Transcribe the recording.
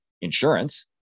insurance